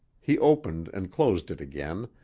he opened and closed it again,